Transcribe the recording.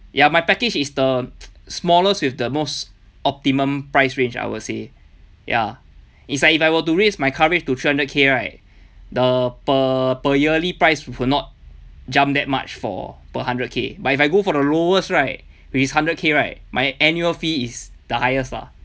ya my package is the smallest with the most optimum price range I would say ya it's like if I were to raise my coverage to three hundred k right the per per yearly price will not jump that much for per hundred K but if I go for the lowest right with this hundred K right my annual fee is the highest lah